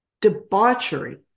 debauchery